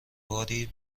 باری